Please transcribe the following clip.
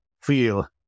feel